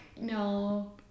no